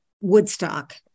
Woodstock